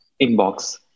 inbox